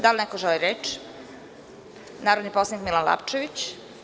Da li neko želi reč? (Da) Reč ima narodni poslanik Milan Lapčević.